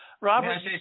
Robert